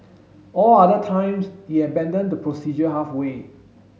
all other times it abandoned the procedure halfway